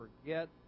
forget